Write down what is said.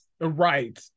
Right